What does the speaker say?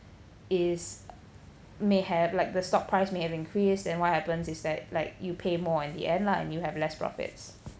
is may have like the stock price may have increased and what happens is that like you pay more in the end lah and you have less profits